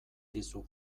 dizu